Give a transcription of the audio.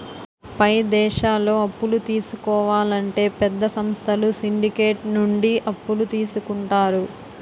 పై దేశాల్లో అప్పులు తీసుకోవాలంటే పెద్ద సంస్థలు సిండికేట్ నుండి అప్పులు తీసుకుంటారు